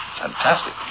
Fantastic